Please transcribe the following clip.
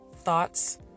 thoughts